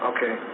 Okay